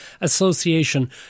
Association